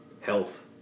health